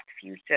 future